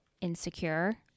insecure